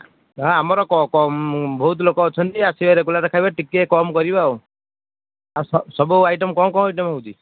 ଆମର ବହୁତ ଲୋକ ଅଛନ୍ତି ଆସିବେ ରେଗୁଲାର ଖାଇବେ ଟିକେ କମ୍ କରିବେ ଆଉ ଆସ ସବୁ ଆଇଟମ୍ କ'ଣ କ'ଣ ହେଉଛି